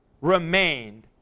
remained